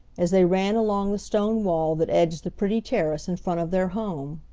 as they ran along the stone wall that edged the pretty terrace in front of their home.